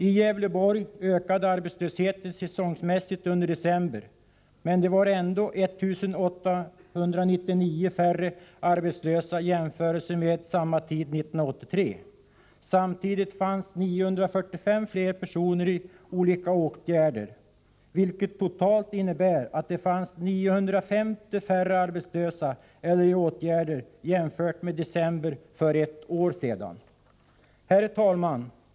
I Gävleborg ökade arbetslösheten säsongsmässigt under december, men det var ändå 1 899 färre arbetslösa i jämförelse med samma tid 1983. Samtidigt fanns 945 fler personer i olika åtgärder, vilket totalt innebär att det fanns 950 färre arbetslösa eller i åtgärder jämfört med december för ett år sedan. Herr talman!